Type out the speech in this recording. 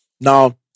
Now